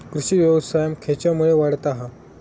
कृषीव्यवसाय खेच्यामुळे वाढता हा?